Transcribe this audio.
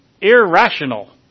irrational